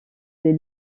des